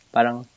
Parang